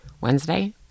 Wednesday